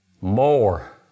more